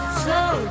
slow